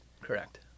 correct